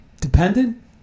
dependent